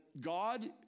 God